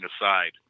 aside